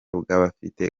bw’abafite